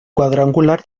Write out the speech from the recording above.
cuadrangular